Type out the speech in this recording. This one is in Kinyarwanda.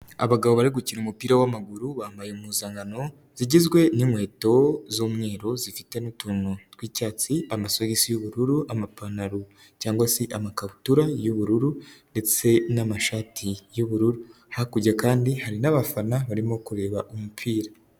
Abagabo barimo gukina umupira w'amaguru, bambaye impuzankano, zigizwe n'inkweto z'umweru, zifite n'utuntu tw'icyatsi, amasogisi y'ubururu, amapantalo cyangwa se amakabutura y'bururu, ndetse n'amashati y'ubururu, hakurya kandi hari n'abafana barimo kureba umupira.